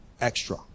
extra